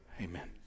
Amen